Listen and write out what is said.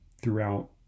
throughout